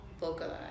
vocalize